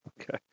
Okay